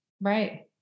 Right